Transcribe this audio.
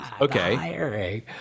Okay